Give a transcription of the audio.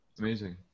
Amazing